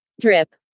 drip